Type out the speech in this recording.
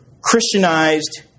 Christianized